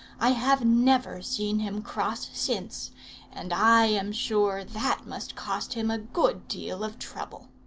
i have never seen him cross since and i am sure that must cost him a good deal of trouble.